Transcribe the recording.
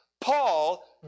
Paul